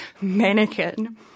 mannequin